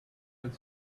and